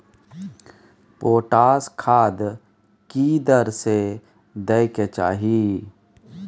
Potash खाद की दर से दै के चाही?